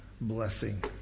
blessing